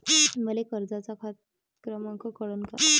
मले कर्जाचा खात क्रमांक कळन का?